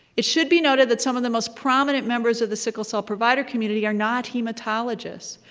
it should be noted that some of the most prominent members of the sickle cell provider community are not hematologists,